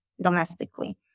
domestically